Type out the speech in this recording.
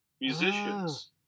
musicians